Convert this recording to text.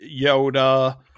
yoda